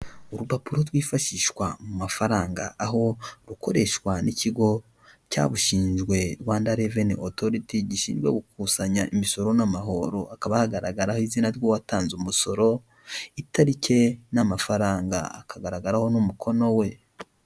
Urupapuro rwifashishwa mu mafaranga aho rukoreshwa n'ikigo cyabushinjwe Rwanda reveni otoriti gishinzwe gukusanya imisoro n'amahoro, hakaba hagaragaraho izina ry'uwatanze umusoro, itariki, n'amafaranga. Hakagaragaraho n'umukono we.